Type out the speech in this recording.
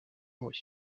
bruit